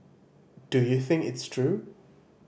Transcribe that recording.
do you think it's true